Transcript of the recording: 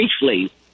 briefly